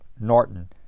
Norton